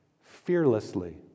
fearlessly